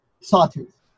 sawtooth